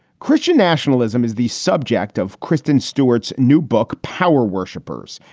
christian nationalism is the subject of kristen stewart's new book, power worshipers.